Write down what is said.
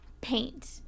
paint